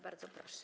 Bardzo proszę.